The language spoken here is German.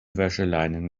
wäscheleinen